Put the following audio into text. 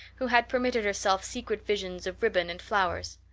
who had permitted herself secret visions of ribbon and flowers.